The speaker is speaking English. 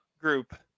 group